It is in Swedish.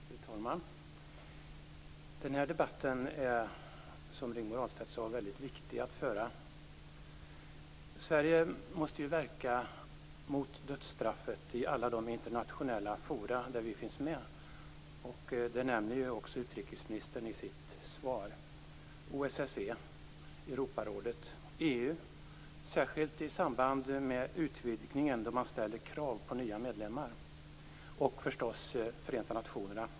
Fru talman! Den här debatten är väldigt viktig att föra, som Rigmor Ahlstedt sade. Sverige måste ju verka mot dödsstraffet i alla de internationella forum där vi finns med. Det nämner ju också utrikesministern i sitt svar. Det gäller OSSE, Europarådet, EU, särskilt i samband med utvidgningen då man ställer krav på nya medlemmar, och förstås Förenta nationerna.